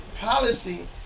policy